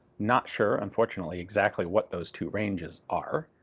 not sure, unfortunately, exactly what those two ranges are.